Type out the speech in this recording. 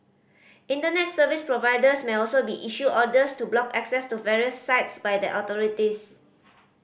Internet service providers may also be issued orders to block access to various sites by the authorities